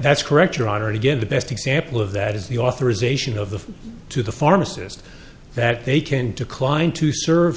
that's correct your honor and again the best example of that is the authorization of the to the pharmacist that they can decline to serve